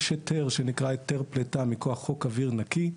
יש היתר שנקרא היתר פליטה מכוח חוק אוויר נקי.